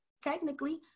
Technically